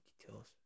details